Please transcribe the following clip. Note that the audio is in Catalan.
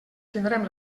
tindrem